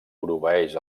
proveeix